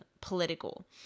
political